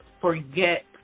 forget